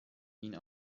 این